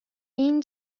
این